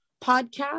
podcast